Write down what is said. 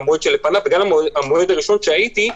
המועד שלפניו וגם על המועד הראשון שהייתי,